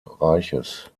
reiches